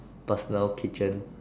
personal kitchen